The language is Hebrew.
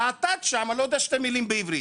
והאתת שם לא יודע אפילו שתי מילים בעברית.